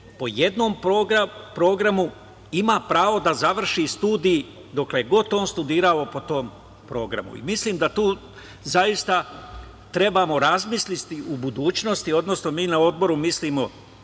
po jednom programu ima pravo da završi studije, dokle god on studirao, po tom programu. Mislim da tu zaista treba razmisliti u budućnosti, odnosno mi na Odboru mislimo